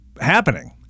happening